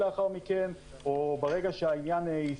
בסדר, אל